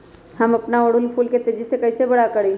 हम अपना ओरहूल फूल के तेजी से कई से बड़ा करी?